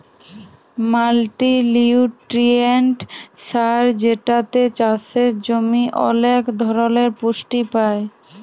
multinutrient সার যেটাতে চাসের জমি ওলেক ধরলের পুষ্টি পায়